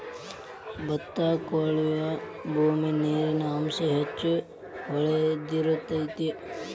ಬತ್ತಾ ಬೆಳಿಯುಬೂಮಿ ನೇರಿನ ಅಂಶಾ ಹೆಚ್ಚ ಹೊಳದಿರತೆತಿ